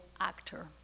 actor